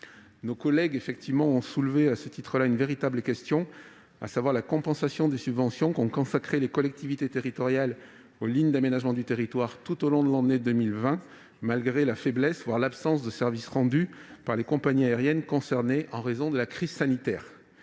Nos collègues ont soulevé une véritable question : la compensation des subventions consacrées par les collectivités territoriales aux lignes d'aménagement du territoire tout au long de l'année 2020, malgré la faiblesse, voire l'absence de service rendu par les compagnies aériennes concernées en raison de la crise sanitaire.